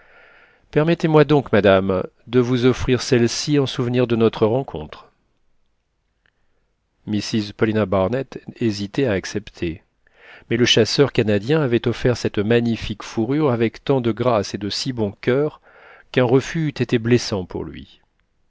permettez-moi donc madame de vous offrir celle-ci en souvenir de notre rencontre mrs paulina barnett hésitait à accepter mais le chasseur canadien avait offert cette magnifique fourrure avec tant de grâce et de si bon coeur qu'un refus eût été blessant pour lui